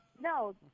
No